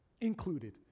included